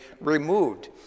removed